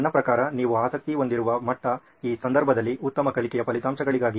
ನನ್ನ ಪ್ರಕಾರ ನೀವು ಆಸಕ್ತಿ ಹೊಂದಿರುವ ಮಟ್ಟ ಈ ಸಂದರ್ಭದಲ್ಲಿ ಉತ್ತಮ ಕಲಿಕೆಯ ಫಲಿತಾಂಶಗಳಿಗಾಗಿ